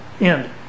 end